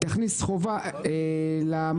היא תכניס חובה למפעיל.